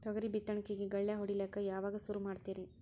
ತೊಗರಿ ಬಿತ್ತಣಿಕಿಗಿ ಗಳ್ಯಾ ಹೋಡಿಲಕ್ಕ ಯಾವಾಗ ಸುರು ಮಾಡತೀರಿ?